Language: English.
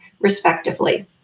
respectively